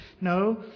No